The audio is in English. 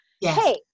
Hey